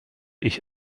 ich